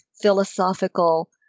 philosophical